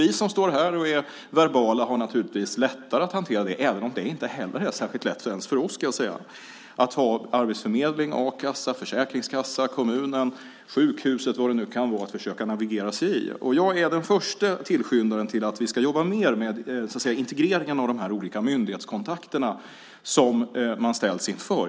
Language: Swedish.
Vi som står här och är verbala har naturligtvis lättare att hantera det, även om det inte heller är särskilt lätt ens för oss, ska jag säga, att ha arbetsförmedling, a-kassa, försäkringskassa, kommun, sjukhus och vad det nu kan vara att försöka navigera bland. Jag är den förste tillskyndaren av att vi ska jobba mer med integreringen av de olika myndighetskontakter som man ställs inför.